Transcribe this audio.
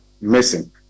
missing